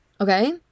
Okay